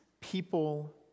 people